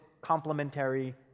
complementary